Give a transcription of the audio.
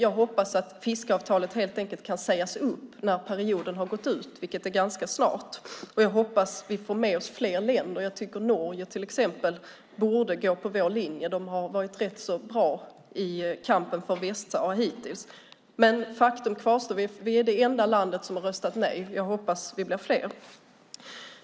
Jag hoppas att fiskeavtalet helt enkelt kan sägas upp när perioden har gått ut, vilket är snart. Jag hoppas vi får med oss fler länder. Jag tycker till exempel Norge borde gå på vår linje. De har hittills varit bra i kampen för Västsahara. Faktum kvarstår att Sverige är det enda landet som har röstat nej. Jag hoppas vi blir fler.